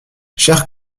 chers